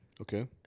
Okay